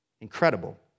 incredible